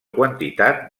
quantitat